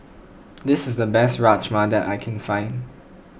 this is the best Rajma that I can find